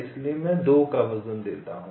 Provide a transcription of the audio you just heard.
इसलिए मैं 2 का वजन देता हूं